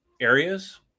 areas